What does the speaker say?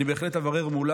אני בהחלט אברר מולם.